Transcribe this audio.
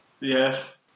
Yes